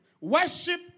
Worship